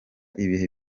ibihe